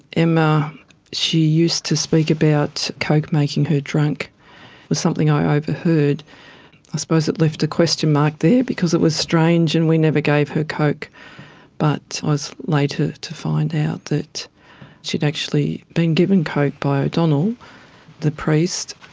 emma she used to speak about coke making her drunk, it was something i overheard. i suppose it left a question mark there because it was strange and we never gave her coke but i was later to find out that she'd actually been given coke by o'donnell the priest,